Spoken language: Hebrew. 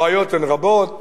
הבעיות הן רבות,